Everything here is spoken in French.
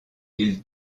ils